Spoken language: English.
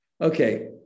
Okay